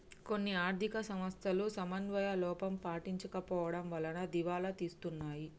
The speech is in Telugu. కొన్ని ఆర్ధిక సంస్థలు సమన్వయ లోపం పాటించకపోవడం వలన దివాలా తీస్తున్నాయి